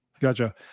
Gotcha